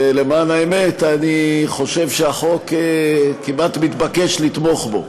ולמען האמת, אני חושב שהחוק, כמעט מתבקש לתמוך בו,